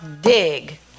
dig